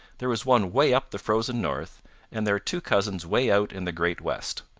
there is one way up the frozen north and there are two cousins way out in the great west.